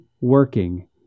working